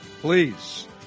please